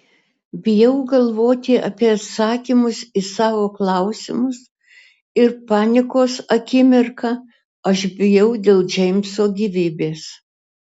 bijau galvoti apie atsakymus į savo klausimus ir panikos akimirką aš bijau dėl džeimso gyvybės